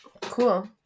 Cool